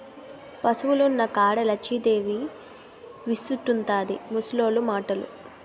పశువులున్న కాడ లచ్చిందేవి నిలుసుంటుందని ముసలోళ్లు మాటలు